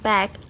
Back